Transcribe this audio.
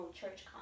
church